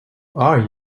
are